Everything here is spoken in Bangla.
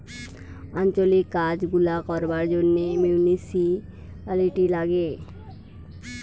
আঞ্চলিক কাজ গুলা করবার জন্যে মিউনিসিপালিটি লাগে